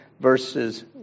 verses